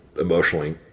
emotionally